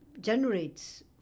generates